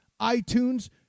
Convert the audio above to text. iTunes